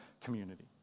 community